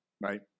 right